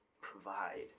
provide